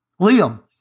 Liam